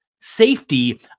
safety